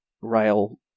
rail